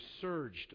surged